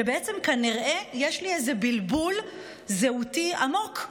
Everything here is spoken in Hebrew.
שבעצם כנראה יש לי איזה בלבול זהותי עמוק,